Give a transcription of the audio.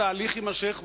התהליך יימשך,